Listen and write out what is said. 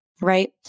right